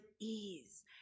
ease